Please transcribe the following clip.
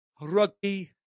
Rugby